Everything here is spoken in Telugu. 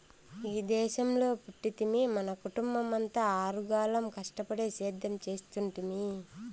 ఈ దేశంలో పుట్టితిమి మన కుటుంబమంతా ఆరుగాలం కష్టపడి సేద్యం చేస్తుంటిమి